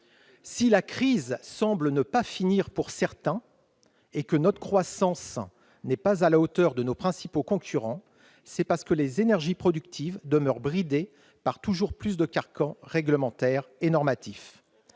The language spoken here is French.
Si la crise semble ne pas finir pour certains et que notre croissance n'est pas à la hauteur de nos principaux concurrents, c'est parce que les énergies productives demeurent bridées par toujours plus de carcans réglementaires et normatifs.